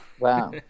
Wow